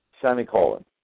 semicolon